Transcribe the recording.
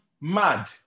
mad